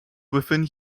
within